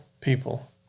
people